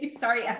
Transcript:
sorry